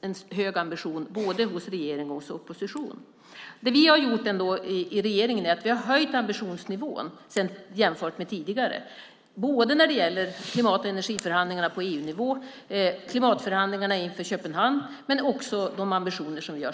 en hög ambitionsnivå hos både regeringen och oppositionen. Regeringen har höjt ambitionsnivån jämfört med tidigare när det gäller klimat och energiförhandlingarna på EU-nivå, klimatförhandlingarna inför Köpenhamnsmötet och våra egna ambitioner.